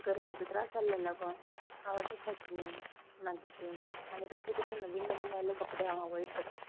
गर्मेचो त्रास जाल्ल्या लागून हांव अशे सॅटीन मागीर ते आनी कसले कसले नवीन नवीन आयल्ले कपडे हांव अवॉयड करता